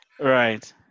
Right